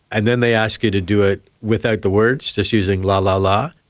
and then they ask you to do it without the words, just using la la la.